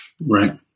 Right